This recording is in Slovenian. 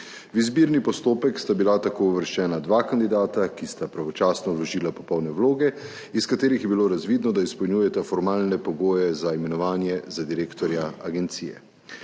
V izbirni postopek sta bila tako uvrščena dva kandidata, ki sta pravočasno vložila popolne vloge, iz katerih je bilo razvidno, da izpolnjujeta formalne pogoje za imenovanje za direktorja agencije.